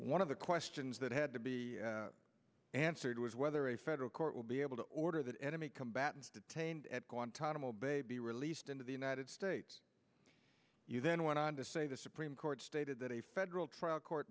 one of the questions that had to be answered was whether a federal court will be able to order that enemy combatants detained at guantanamo bay be released the united states then went on to say the supreme court stated that a federal